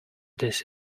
this